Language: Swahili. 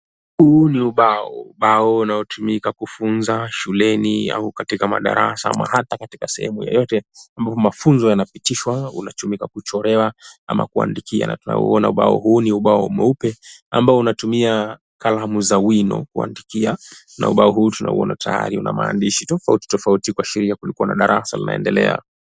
Huu ni ubao unaotumika kufunza shuleni au katika madarasa ama hata katika sehemu yoyote ambapo mafunzo yanapitishwa unatumika kuchorea ama kuandikia na tunauona ubao huu ni ubao mweupe ambao unatumia kalamu za wino kuandikia na ubao huu tunauona tayari una maandishi tofauti tofauti kuashiria kulikuwa na darasa linaendelea.